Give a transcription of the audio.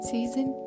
Season